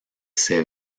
ses